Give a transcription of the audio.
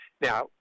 Now